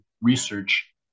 research